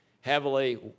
heavily